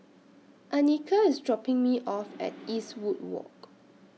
Anika IS dropping Me off At Eastwood Walk